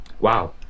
wow